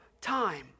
time